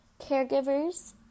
caregivers